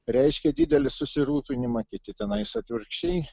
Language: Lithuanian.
reiškė didelį susirūpinimą kiti tenais atvirkščiai